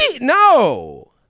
No